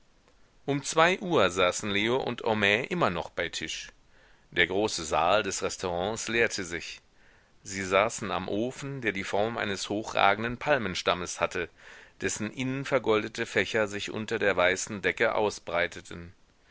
um zwei uhr saßen leo und homais immer noch bei tisch der große saal des restaurants leerte sich sie saßen am ofen der die form eines hochragenden palmenstammes hatte dessen innen vergoldete fächer sich unter der weißen decke ausbreiteten